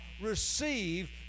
receive